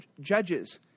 Judges